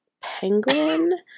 penguin